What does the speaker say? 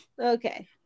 Okay